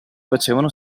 facevano